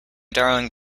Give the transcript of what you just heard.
darling